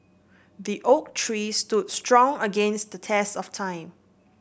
the oak tree stood strong against the test of time